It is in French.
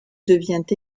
devient